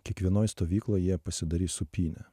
kiekvienoj stovykloj jie pasidarys supynę